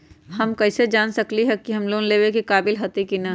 हम कईसे जान सकली ह कि हम लोन लेवे के काबिल हती कि न?